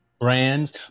brands